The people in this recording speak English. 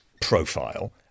profile